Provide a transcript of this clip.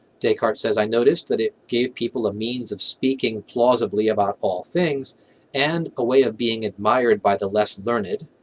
descartes says i noticed that it gave people a means of speaking plausibly about all things and a way of being admired by the less learned.